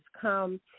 come